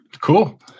cool